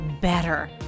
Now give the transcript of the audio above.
better